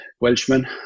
Welshman